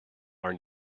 are